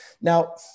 Now